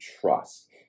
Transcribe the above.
trust